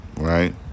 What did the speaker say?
right